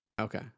okay